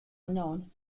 unknown